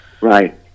Right